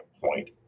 point